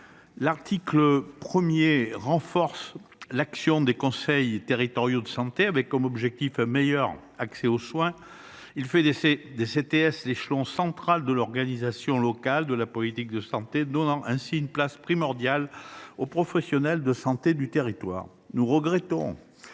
L’article 1 renforce l’action des conseils territoriaux de santé, avec comme objectif un meilleur accès aux soins. Il fait du CTS l’échelon central de l’organisation locale de la politique de santé, donnant ainsi une place primordiale aux professionnels de santé du territoire. Nous regrettons